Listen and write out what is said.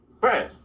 Right